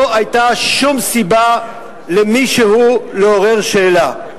לא היתה שום סיבה למישהו לעורר שאלה.